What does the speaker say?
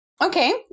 Okay